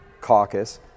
caucus